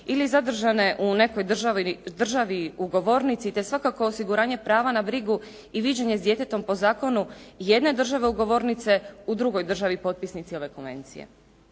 ili zadržane u nekoj državi ugovornici te svakako osiguranje prava na brigu i viđenje s djetetom po zakonu jedne države ugovornice u drugoj državi potpisnici ove konvencije.